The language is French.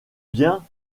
bien